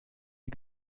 die